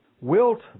Wilt